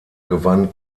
gewann